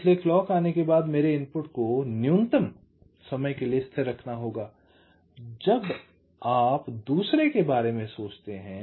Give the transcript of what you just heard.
इसलिए क्लॉक आने के बाद मेरे इनपुट को न्यूनतम समय के लिए स्थिर रखना होगा जब आप दूसरे के बारे में सोचते हैं